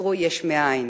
יצרו יש מאין.